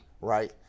right